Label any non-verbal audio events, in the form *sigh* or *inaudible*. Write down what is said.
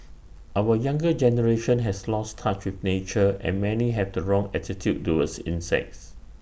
*noise* our younger generation has lost touch with nature and many have the wrong attitude towards insects